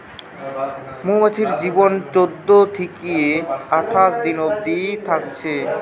মৌমাছির জীবন চোদ্দ থিকে আঠাশ দিন অবদি থাকছে